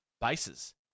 bases